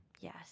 Yes